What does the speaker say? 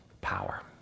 power